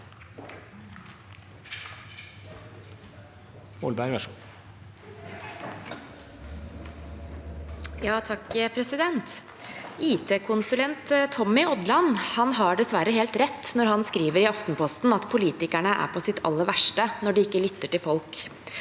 IT-konsulent Tom- my Odland har dessverre helt rett når han skriver i Aftenposten at politikerne er på sitt aller verste når de ikke lytter til folk.